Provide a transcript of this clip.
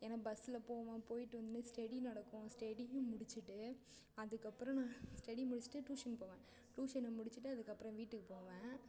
ஏன்னால் பஸ்ஸில் போவேன் போயிட்டு வந்தவொடனே ஸ்டெடி நடக்கும் ஸ்டெடியும் முடித்துட்டு அதுக்கப்புறம் நான் ஸ்டெடியை முடித்துட்டு ட்யூஷன் போவேன் ட்யூஷன் முடித்துட்டு அதுக்கப்புறம் வீட்டுக்கு போவேன்